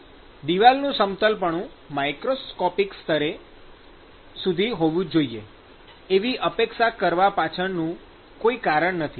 દિવાલનું સમતલપણું માઇક્રોસ્કોપિક સ્તર સુધી હોવું જોઈએ એવી અપેક્ષા કરવા પાછળનું કોઈ કારણ નથી